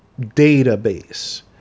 database